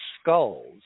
skulls